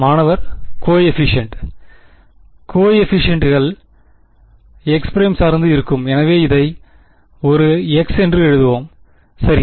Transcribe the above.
மாணவர் கோஎபிஷியன்ட் கோஎபிஷியன்ட்கள்கோஎபிஷியன்ட்கள் x ′ சார்ந்து இருக்கும் எனவே இதை ஒரு என்று எழுதுவோம் சரி